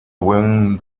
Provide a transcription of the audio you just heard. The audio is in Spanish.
buen